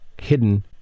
hidden